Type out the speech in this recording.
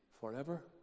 forever